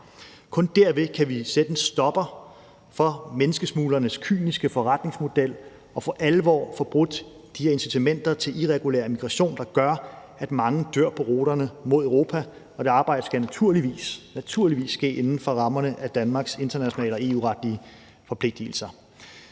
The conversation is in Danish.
Kun derved kan vi sætte en stopper for menneskesmuglernes kyniske forretningsmodel og for alvor få brudt de her incitamenter til irregulær migration, der gør, at mange dør på ruterne mod Europa. Og det arbejde skal naturligvis ske inden for rammerne af Danmarks internationale og EU-retlige forpligtigelser.